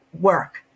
work